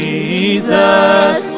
Jesus